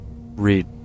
read